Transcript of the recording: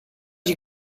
you